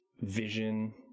vision